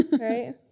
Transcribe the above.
Right